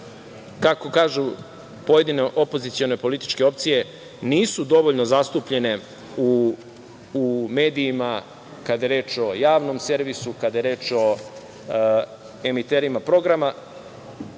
kako kažu pojedine opozicione političke opcije, nisu dovoljno zastupljene u medijima kada je reč o javnom servisu, kada je reč o emiterima programa. Evo